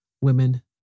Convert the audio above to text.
Women